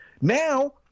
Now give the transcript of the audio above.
Now